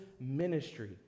ministry